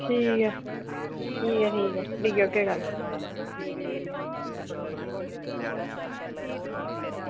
ठीक ऐ ठीक ऐ लेई औगे कल्ल